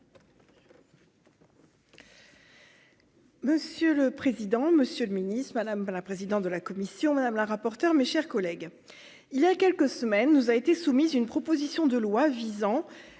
Monsieur le président, Monsieur le Ministre, madame la présidente de la commission madame la rapporteure, mes chers collègues, il y a quelques semaines, nous a été soumis une proposition de loi visant,